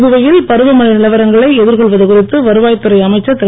புதுவையில் பருவமழை நிலவரங்களை எதிர்கொள்வது குறித்து வருவாய்த் துறை அமைச்சர் திரு